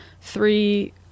Three